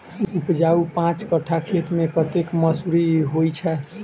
उपजाउ पांच कट्ठा खेत मे कतेक मसूरी होइ छै?